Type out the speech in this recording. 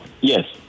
Yes